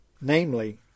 Namely